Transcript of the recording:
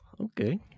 okay